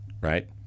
right